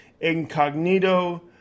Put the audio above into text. incognito